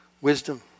Wisdom